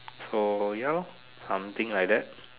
so ya lor something like that